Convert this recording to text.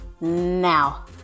Now